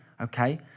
okay